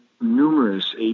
numerous